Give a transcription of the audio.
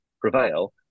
prevail